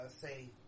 say